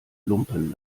lumpen